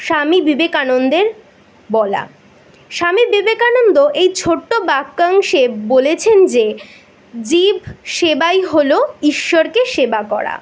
স্বামী বিবেকানন্দের বলা স্বামী বিবেকানন্দ এই ছোট্ট বাক্যাংশে বলেছেন যে জীব সেবাই হল ঈশ্বরকে সেবা করা